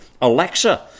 Alexa